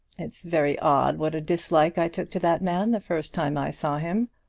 it's very odd what a dislike i took to that man the first time i saw him.